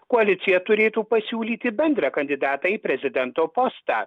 koalicija turėtų pasiūlyti bendrą kandidatą į prezidento postą